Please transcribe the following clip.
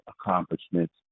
accomplishments